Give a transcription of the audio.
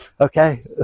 Okay